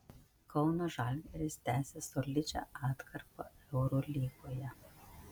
kauno žalgiris tęsia solidžią atkarpą eurolygoje